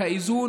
כמו שאמרתי,